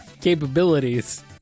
capabilities